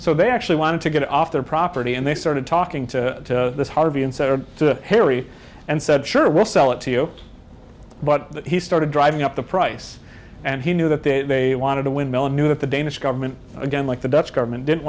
so they actually wanted to get it off their property and they started talking to harvey and said to harry and said sure we'll sell it to you but he started driving up the price and he knew that they wanted a windmill and knew that the danish government again like the dutch government didn't